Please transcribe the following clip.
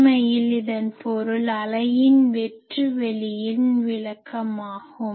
உண்மையில் இதன் பொருள் அலையின் வெற்றுவெளியின் விளக்கமாகும்